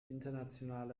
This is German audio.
internationale